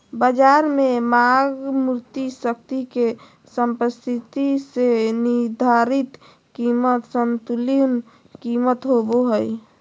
बज़ार में मांग पूर्ति शक्ति के समस्थिति से निर्धारित कीमत संतुलन कीमत होबो हइ